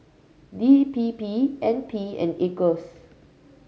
D P P N P and Acres